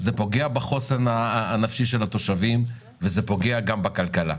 זה פוגע בחוסן הנפשי של התושבים וזה פוגע גם בכלכלה.